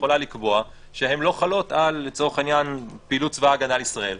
יכולה לקבוע שהן לא חלות על פעילות צבא הגנה לישראל,